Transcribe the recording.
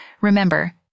Remember